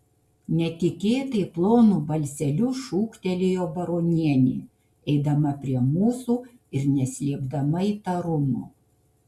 netikėtai plonu balseliu šūktelėjo baronienė eidama prie mūsų ir neslėpdama įtarumo